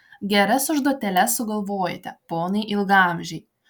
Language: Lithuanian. geras užduotėles sugalvojate ponai ilgaamžiai